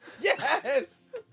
Yes